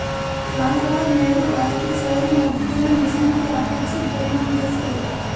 जवाहरलाल नेहरू राष्ट्रीय शहरी नवीकरण मिशन के अपेक्षित परिणाम कैसे रहे?